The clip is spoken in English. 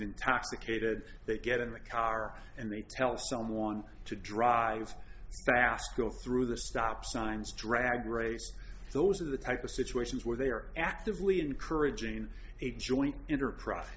intoxicated they get in the car and they tell someone to drive fast go through the stop signs drag race those are the type of situations where they are actively encouraging a joint enterprise